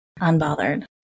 Unbothered